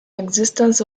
existence